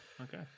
okay